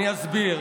אני אסביר: